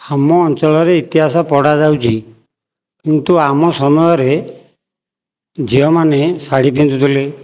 ଆମ ଅଞ୍ଚଳରେ ଇତିହାସ ପଢ଼ା ଯାଉଛି କିନ୍ତୁ ଆମ ସମୟରେ ଝିଅମାନେ ଶାଢ଼ୀ ପିନ୍ଧୁଥିଲେ